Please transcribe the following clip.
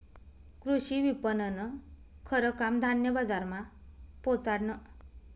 कृषी विपणननं खरं काम धान्य बजारमा पोचाडनं